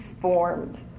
formed